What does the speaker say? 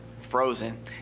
frozen